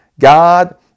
God